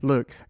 Look